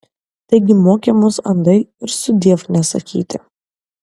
taigi mokė mus andai ir sudiev nesakyti